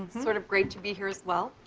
sort of great to be here as well.